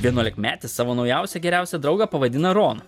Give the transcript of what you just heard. vienuolikmetis savo naujausią geriausią draugą pavadina ron